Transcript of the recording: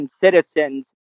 citizens